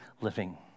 living